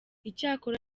icyakora